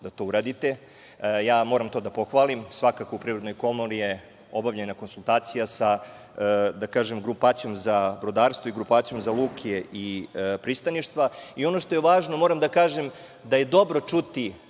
da to uradite, moram to da pohvalim, svakako, u Privrednoj komori je obavljena konsultacija sa, da kažem, grupacijom za brodarstvo i grupacijom za luke i pristaništa. Ono što je važno, moram da kažem da je dobro čuti